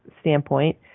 standpoint